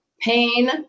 pain